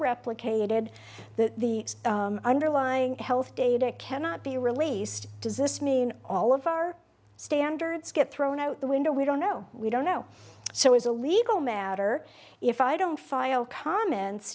replicated that the underlying health data cannot be released does this mean all of our standards get thrown out the window we don't know we don't know so as a legal matter if i don't file comments